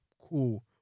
cool